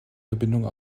verbindung